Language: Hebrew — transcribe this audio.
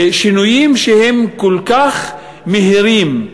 שינויים שהם כל כך מהירים,